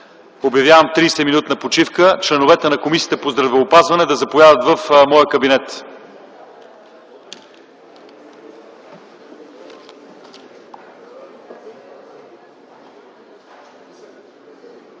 Обявявам 30-минутна почивка. Членовете на Комисията по здравеопазването да заповядат в моя кабинет.